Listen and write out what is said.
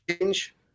change